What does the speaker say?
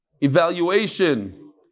evaluation